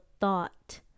thought